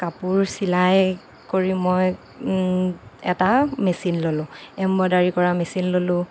কাপোৰ চিলাই কৰি মই এটা মেচিন ল'লো এম্ব্ৰডাৰী কৰা মেচিন ল'লো